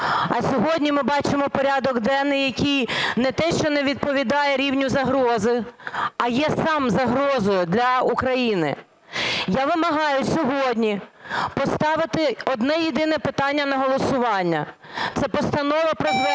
а сьогодні ми бачимо порядок денний, який не те що не відповідає рівню загрози, а є сам загрозою для України. Я вимагаю сьогодні поставити одне-єдине питання на голосування – це Постанова про звернення